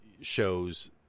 shows